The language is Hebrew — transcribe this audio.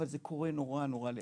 אבל זה קורה נורא נורא לאט,